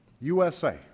USA